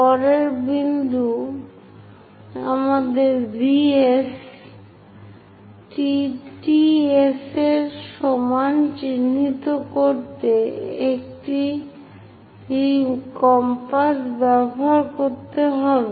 পরের বিন্দু আমাদের V S টি T S এর সমান চিহ্নিত করতে একটি কম্পাস ব্যবহার করতে হবে